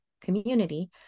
community